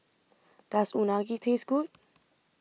Does Unagi Taste Good